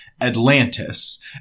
Atlantis